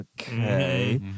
okay